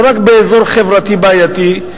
לא רק באזור חברתי בעייתי.